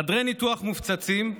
חדרי ניתוח מופצצים,